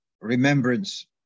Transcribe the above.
remembrance